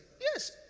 yes